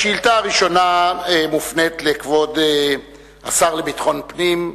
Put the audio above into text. השאילתא הראשונה מופנית אל כבוד השר לביטחון פנים,